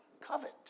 covet